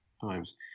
Times